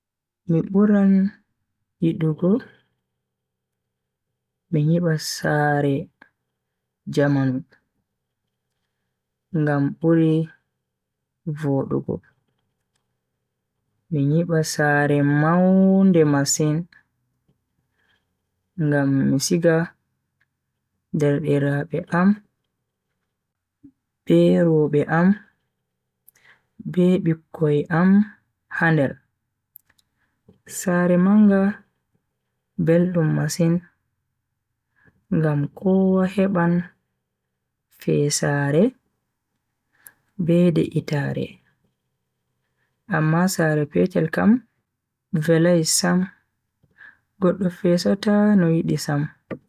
Mi buran yidugo mi nyiba sare jamanu ngam buri vodugo. mi nyiba sare maunde masin ngam mi siga derdiraabe am be robe am be bikkoi am ha nder. sare manga beldum masin ngam kowa heban fesaare be de'itaare amma sare petel kam velai sam goddo fesata no yidi sam.